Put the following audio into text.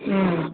ம்